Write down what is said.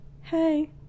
Hey